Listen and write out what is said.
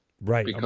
Right